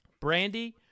brandy